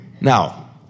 Now